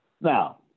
Now